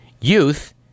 youth